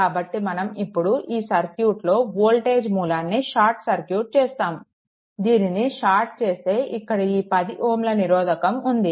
కాబట్టి మనం ఇప్పుడు ఈ సర్క్యూట్లో వోల్టేజ్ మూలాన్ని షార్ట్ సర్క్యూట్ చేస్తాము దీనిని షార్ట్ చేస్తే ఇక్కడ ఈ 10 Ω నిరోధకం ఉంది